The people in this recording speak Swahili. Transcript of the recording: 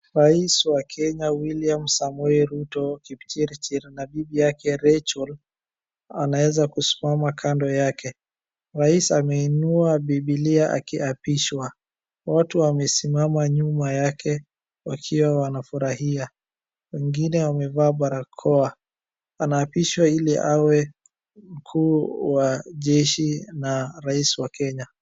Rais wa Kenya William Samoei Ruto Kipchirchir na bibi yake Rachael anaweza kusimama kando yake. Rais ameinua Bibilia akiapishwa. Watu wamesimama nyuma yake wakiwa wanafurahia. Mwingine amevaa barakoa. Anaapishwa ili awe mkuu wa jeshi na Rais wa Kenya.